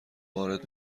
وارد